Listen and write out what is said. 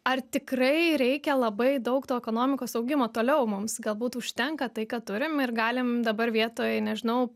ar tikrai reikia labai daug to ekonomikos augimo toliau mums galbūt užtenka tai ką turim ir galim dabar vietoj nežinau